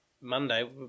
Monday